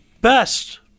best